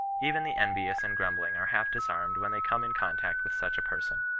even the envious and grumbling are half-disarmed when they come in con tact with such a person.